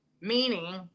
meaning